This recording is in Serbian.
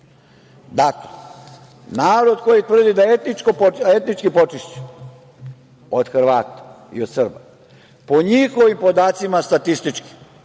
narod koji tvrdi da je etnički počišćen od Hrvata i od Srba, po njihovim podacima statističkim,